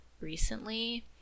recently